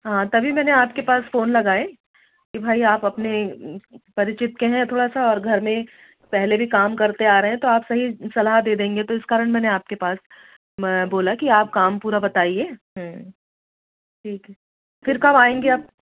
हाँ तभी मैंने आपके पास फ़ोन लगाया कि भाई आप अपने परिचित के हैं थोड़ा सा और घर में पहले भी काम करते आ रहे हैं तो आप तो आप सही सलाह दे देंगे तो इस कारण मैंने आपके पास म बोला कि आप काम पूरा बताइए ठीक है फिर कब आएँगे आप